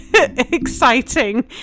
exciting